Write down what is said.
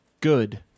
good